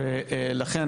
וכן,